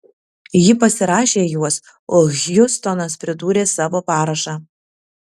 ji pasirašė juos o hjustonas pridūrė savo parašą